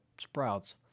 Sprouts